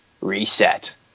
reset